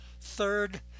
Third